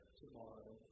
tomorrow